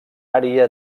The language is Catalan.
àrea